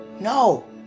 no